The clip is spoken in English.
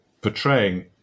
portraying